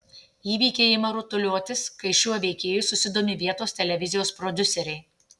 įvykiai ima rutuliotis kai šiuo veikėju susidomi vietos televizijos prodiuseriai